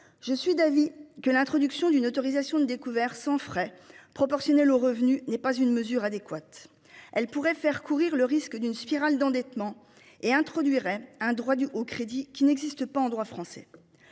Je suis d'avis que l'introduction d'une autorisation de découvert sans frais proportionnelle aux revenus n'est pas une mesure adéquate, elle pourrait faire courir le risque d'une spirale d'endettement et introduire un un droit du au crédit qui n'existe pas en droit français.